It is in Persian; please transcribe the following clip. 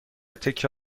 تکه